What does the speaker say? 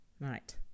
right